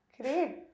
Great